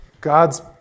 God's